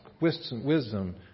wisdom